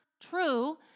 true